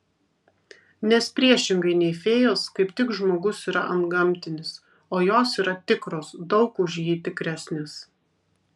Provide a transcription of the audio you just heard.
nes priešingai nei fėjos kaip tik žmogus yra antgamtinis o jos yra tikros daug už jį tikresnės